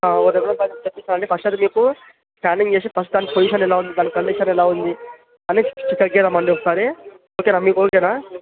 తెప్పిస్తానండి first అయితే మీకు scanning చేసి దాని పొజిషన్ ఎలా ఉంది దాని కండిషన్ ఎలా ఉంది అన్నీ చెక్ చేద్దామండి ఒకసారి ఓకేనా మీకు ఓకేనా